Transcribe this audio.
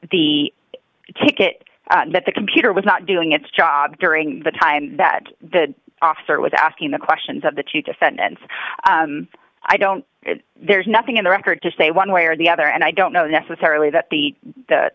the ticket that the computer was not doing its job during the time that the officer was asking the questions of the two defendants i don't there's nothing in the record to say one way or the other and i don't know necessarily that the the